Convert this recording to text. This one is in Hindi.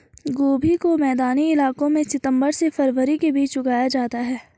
गोभी को मैदानी इलाकों में सितम्बर से फरवरी के बीच उगाया जाता है